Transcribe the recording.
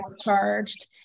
charged